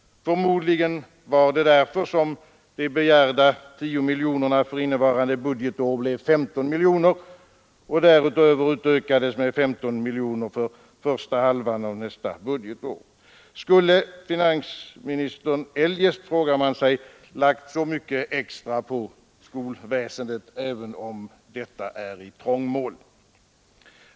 Förmodligen var det därför som de begärda 10 miljonerna för innevarande budgetår blev 15 miljoner och därutöver utökades med 15 miljoner för första halvan av nästa budgetår. Skulle finansministern eljest, frågar man sig, ha lagt så mycket extra på skolväsendet, även om detta är i trångmål?